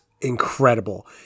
incredible